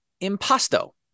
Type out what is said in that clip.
impasto